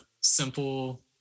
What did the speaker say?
simple